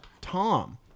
Tom